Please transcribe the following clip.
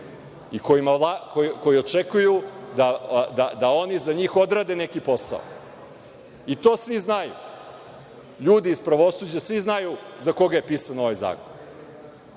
i koji očekuju da oni za njih odrade neki posao, i to svi znaju. LJudi iz pravosuđa, svi znaju za koga je pisan ovaj zakon,